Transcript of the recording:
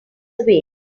away